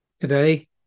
Today